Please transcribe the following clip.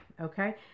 Okay